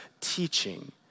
teaching